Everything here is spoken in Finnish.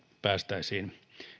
päästäisiin